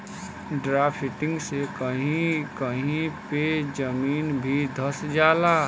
drafting से कही कही पे जमीन भी धंस जाला